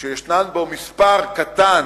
שיש בו מספר קטן